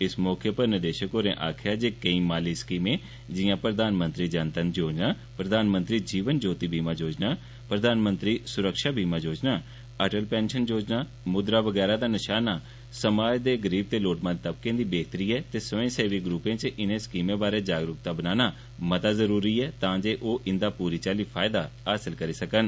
इस मौके उप्पर निदेशक होरें आक्खेआ जे केंई माली स्कीमें जिआं प्रधानमंत्री जनधन योजना प्रधानमंत्री जीवन ज्योति बीमा योजना प्रधानमंत्री सुरक्षा बीमा योजना अटल पैंशन योजना मुद्रा बगैरा दा नशाना समाज दे गरीब ते लोड़मंद तबके दी बेहतरी ऐ ते स्वयंसेवी ग्रुपें च इनें स्कीमें बारै जागरुक्ता बनाना मता जरुरी ऐ तां जे ओ इंदा फायदा हासल करी सकन